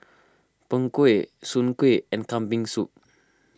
Png Kueh Soon Kueh and Kambing Soup